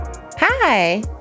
Hi